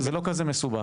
זה לא כזה מסובך.